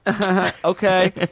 Okay